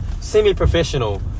semi-professional